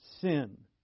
Sin